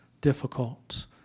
difficult